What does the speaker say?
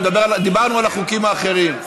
דיברנו על החוקים האחרים.